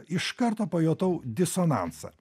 iš karto pajutau disonansą